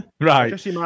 right